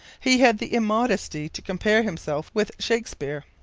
he had the immodesty to compare himself with shakespeare.